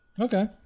Okay